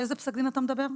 על איזה פסק דין אתה מדבר?